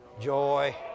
Joy